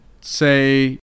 say